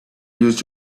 used